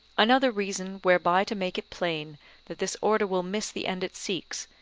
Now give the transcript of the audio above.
another reason, whereby to make it plain that this order will miss the end it seeks,